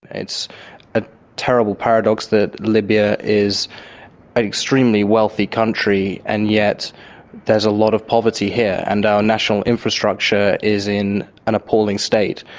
it's a terrible paradox that libya is an extremely wealthy country and yet there's a lot of poverty here and our national infrastructure is in an appalling state.